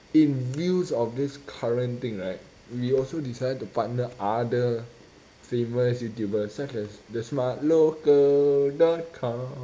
in views of this current thing right we also decided to partner other famous youtubers such as the smart local dot com